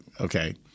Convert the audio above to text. okay